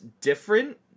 different